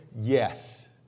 Yes